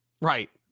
right